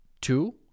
Two